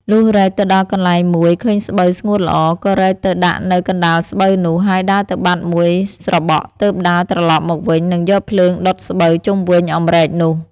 លុះរែកទៅដល់កន្លែងមួយឃើញស្បូវស្ងួតល្អ ក៏រែកទៅដាក់នៅកណ្តាលស្បូវនោះ ហើយដើរទៅបាត់មួយស្របក់ទើបដើរត្រឡប់មកវិញនិងយកភ្លើងដុតស្បូវជុំវិញអំរែកនោះ។